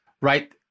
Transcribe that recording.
right